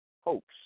hopes